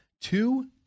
Two